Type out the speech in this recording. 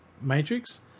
Matrix